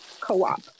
co-op